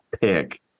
pick